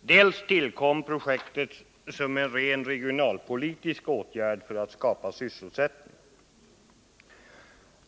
dels tillkom projektet såsom en rent regionalpolitisk åtgärd för att skapa sysselsättning.